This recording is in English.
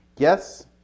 Yes